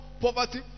poverty